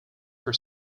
for